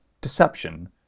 deception